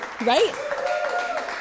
Right